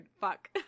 Fuck